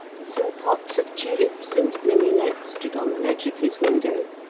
some pots of tulips and mignonette stood on the ledge of his window.